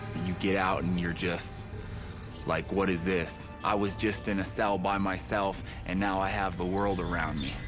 you get out and you're just like, what is this? i was just in a cell by myself and now i have the world around me.